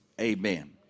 Amen